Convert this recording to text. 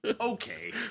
Okay